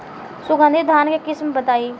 सुगंधित धान के किस्म बताई?